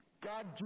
God